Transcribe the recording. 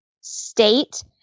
state